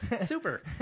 Super